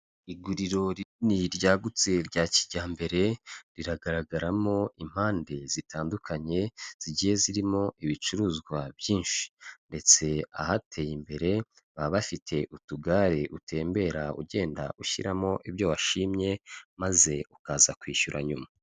Iguriro rinini ryagutse rya kijyambere, riragaragaramo impande zitandukanye zigiye zirimo ibicuruzwa byinshi; ndetse ahateye imbere baba bafite utugare utembera ugenda ushyiramo ibyo washimye, maze ukaza kwishyura nyuma.